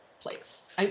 place